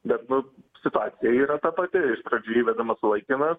bet nu situacija yra ta pati iš pradžių įvedamas sulaikymas